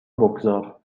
بگذار